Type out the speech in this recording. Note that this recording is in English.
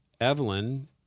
Evelyn